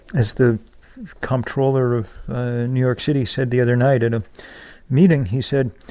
as the comptroller of new york city said the other night in a meeting, he said,